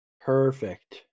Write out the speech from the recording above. Perfect